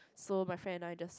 so my friend and I just